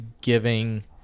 giving